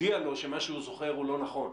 הודיע לו שמה שהוא זוכר הוא לא נכון.